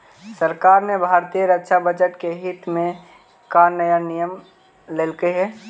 सरकार ने भारतीय रक्षा बजट के हित में का नया नियम लइलकइ हे